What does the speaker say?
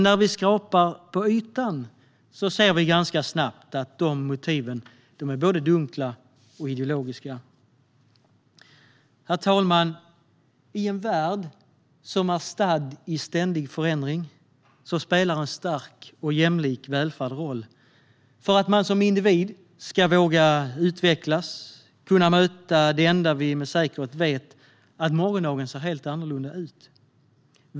När vi skrapar på ytan ser vi ganska snabbt att dessa motiv är både dunkla och ideologiska. Herr talman! I en värld som är stadd i ständig förändring spelar en stark och jämlik välfärd roll för att man som individ ska våga utvecklas och möta det enda vi med säkerhet vet: att morgondagen ser helt annorlunda ut.